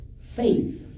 faith